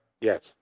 Yes